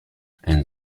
and